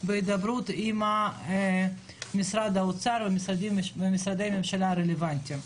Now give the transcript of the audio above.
בהידברות עם משרד האוצר ומשרדי ממשלה רלוונטיים.